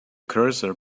cursor